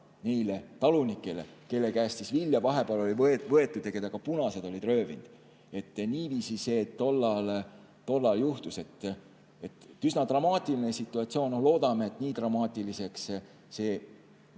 neile talunikele, kelle käest vilja oli võetud ja keda ka punased olid röövinud. Niiviisi see tollal juhtus. Üsna dramaatiline situatsioon, loodame, et nii dramaatiliseks ei